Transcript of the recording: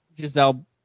Giselle